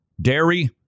Dairy